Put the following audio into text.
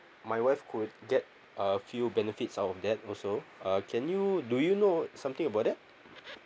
my wife could get a few benefits out of that also err can you do you know something about that